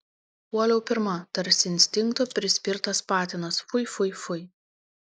puoliau pirma tarsi instinkto prispirtas patinas fui fui fui